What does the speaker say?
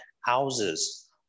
houses